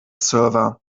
server